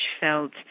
felt